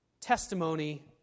Testimony